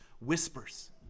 whispers